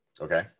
Okay